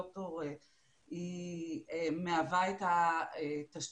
היא מהווה את התשתית,